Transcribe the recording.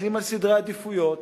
מסתכלים על סדרי עדיפויות.